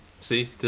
See